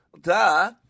Duh